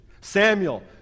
Samuel